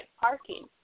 parking